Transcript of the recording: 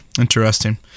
interesting